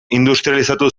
industrializatu